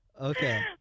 okay